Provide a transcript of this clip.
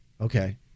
Okay